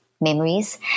memories